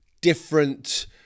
different